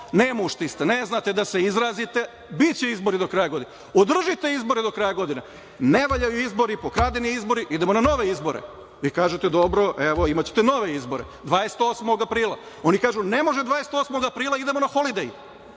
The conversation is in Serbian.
nemušti ste, ne znate da se izrazite, biće izbori do kraja godine. Održite izbore do kraja godine - ne valjaju izbori, pokradeni izbori, idemo na nove izbore. Vi kažete – dobro, evo, imaćete nove izbore 28. aprila i na to kažu – ne može 28. aprila, idemo na holidej,